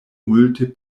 multe